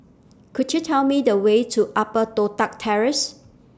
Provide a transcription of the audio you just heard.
Could YOU Tell Me The Way to Upper Toh Tuck Terrace